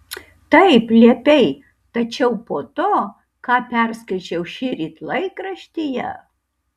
taip liepei tačiau po to ką perskaičiau šįryt laikraštyje